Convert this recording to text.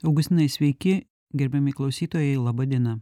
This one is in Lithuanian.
augustinai sveiki gerbiami klausytojai laba diena